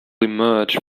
emerge